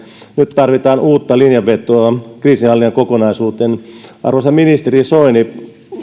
nyt tarvitaan uutta linjanvetoa kriisinhallinnan kokonaisuuteen arvoisa ministeri soini